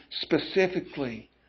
specifically